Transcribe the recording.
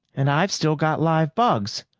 and i've still got live bugs.